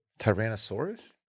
Tyrannosaurus